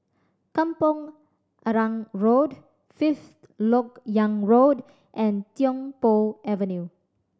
Kampong Arang Road Fifth Lok Yang Road and Tiong Poh Avenue